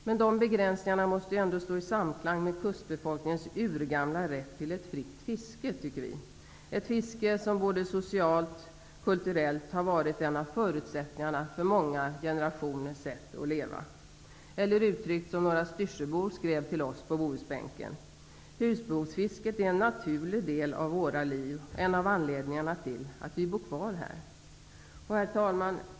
Men de begränsningarna måste ändå stå i samklang med kustbefolkningens urgamla rätt till ett fritt fiske, tycker vi. Det är ett fiske som både socialt och kulturellt har varit en av förutsättningarna för många generationers sätt att leva. Eller uttryckt som några styrsöbor skrev till oss på bohusbänken: Husbehovsfisket är en naturlig del av våra liv och en av anledningarna till att vi bor kvar här. Herr talman!